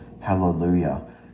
Hallelujah